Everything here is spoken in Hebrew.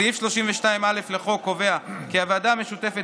סעיף 32(א) לחוק קובע כי הוועדה המשותפת